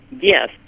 Yes